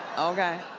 okay?